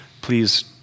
please